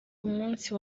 umunsi